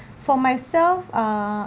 for myself uh